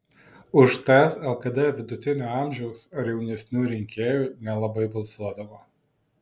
už ts lkd vidutinio amžiaus ar jaunesnių rinkėjų nelabai balsuodavo